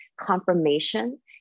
confirmation